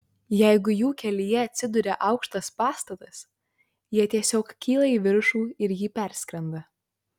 jeigu jų kelyje atsiduria aukštas pastatas jie tiesiog kyla į viršų ir jį perskrenda